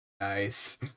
Nice